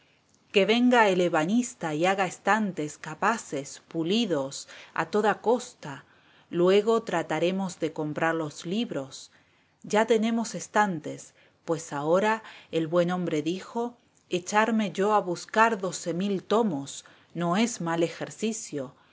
que venga el ebanista y haga estantes capaces pulidos a toda costa luego trataremos de comprar los libros ya tenemos estantes pues ahora el buen hombre dijo echarme yo a buscar doce mil tomos no es mal ejercicio